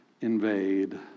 invade